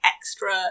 extra